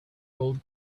old